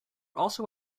also